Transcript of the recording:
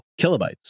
kilobytes